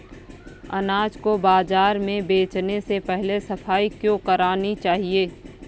अनाज को बाजार में बेचने से पहले सफाई क्यो करानी चाहिए?